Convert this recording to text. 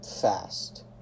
fast